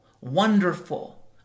wonderful